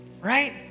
Right